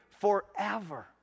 forever